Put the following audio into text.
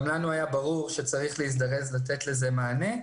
גם לנו היה ברור שצריך להזדרז לתת לזה מענה.